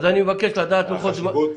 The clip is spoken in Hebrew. אני מבקש לדעת לוחות זמנים.